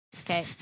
okay